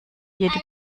jede